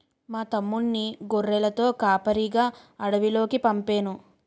మా తమ్ముణ్ణి గొర్రెలతో కాపరిగా అడవిలోకి పంపేను